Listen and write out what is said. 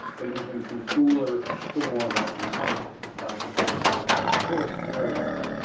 so moving from cooler to warmer and hot or tropical forest areas.